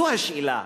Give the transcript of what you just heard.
זו השאלה.